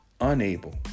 unable